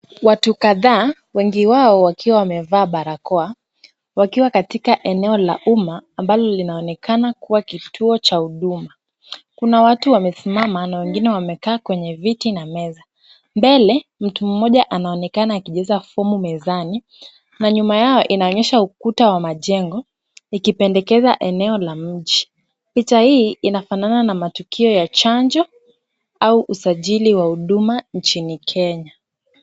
Watu kadhaa, wengi wao wakiwa wamevaa barakoa wakiwa katika eneo la umma ambalo linaonekana kuwa kituo cha huduma. Kuna watu wamesimama na wengine wamekaa kwenye viti na meza. Mbele, mtu mmoja anaonekana akijaza fomu mezani na nyuma yao inaonyesha ukuta wa majengo ikipendekeza eneo la mji. Picha hii inafanana na matukio ya chanjo au usajili wa huduma nchini Kenya.